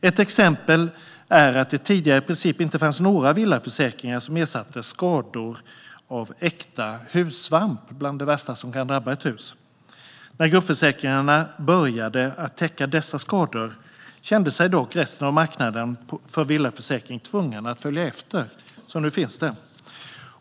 Ett exempel är att det tidigare i princip inte fanns några villaförsäkringar som ersatte skador av äkta hussvamp, vilket är bland det värsta som kan drabba ett hus. När gruppförsäkringarna började täcka dessa skador kände sig dock resten av marknaden för villaförsäkringar tvungen att följa efter, och nu finns denna försäkring.